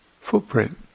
footprint